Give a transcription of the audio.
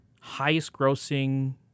highest-grossing